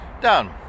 done